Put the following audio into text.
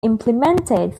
implemented